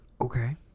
okay